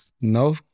No